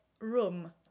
room